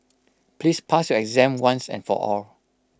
please pass your exam once and for all